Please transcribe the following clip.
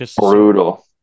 brutal